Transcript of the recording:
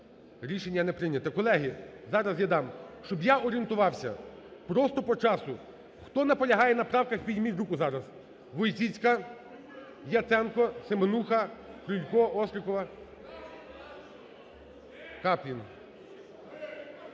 Рішення не прийнято. Колеги, зараз я дам, щоб я орієнтувався просто по часу, хто наполягає на правках, підніміть руку зараз. Войціцька, Яценко, Семенуха, Крулько, Острікова, Каплін.